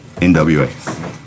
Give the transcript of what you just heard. NWA